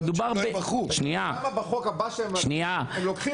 כשמדובר --- למה בחוק הבא --- הם לוקחים